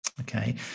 Okay